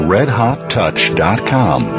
RedHotTouch.com